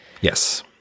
yes